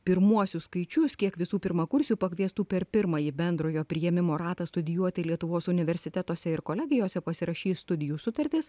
pirmuosius skaičius kiek visų pirmakursių pakviestų per pirmąjį bendrojo priėmimo ratą studijuoti lietuvos universitetuose ir kolegijose pasirašys studijų sutartis